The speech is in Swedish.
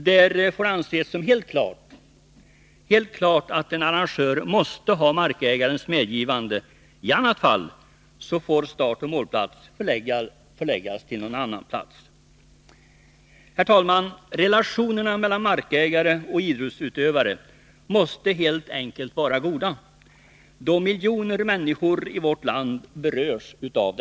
Där får det anses som helt klart att en arrangör måste ha markägarens medgivande. I annat fall får start och mål förläggas till någon annan plats. Relationerna mellan markägare och idrottsutövare måste helt enkelt vara goda, då miljoner människor i vårt land berörs därav.